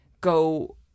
go